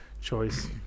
choice